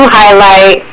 highlight